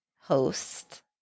host